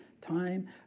Time